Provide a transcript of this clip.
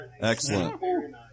Excellent